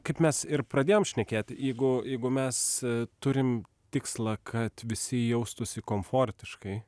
kaip mes ir pradėjom šnekėti jeigu jeigu mes turim tikslą kad visi jaustųsi komfortiškai